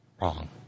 wrong